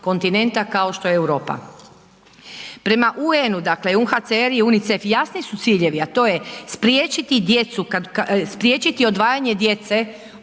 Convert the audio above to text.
kontinenta kao što je Europa. Prema UN-u, dakle UNHCR i UNICEF jasni su ciljevi, a to je spriječiti djecu,